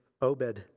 Obed